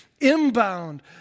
inbound